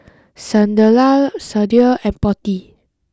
Sunderlal Sudhir and Potti